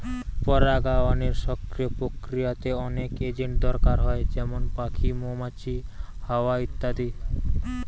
পরাগায়নের সক্রিয় প্রক্রিয়াতে অনেক এজেন্ট দরকার হয় যেমন পাখি, মৌমাছি, হাওয়া ইত্যাদি